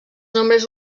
nombres